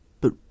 But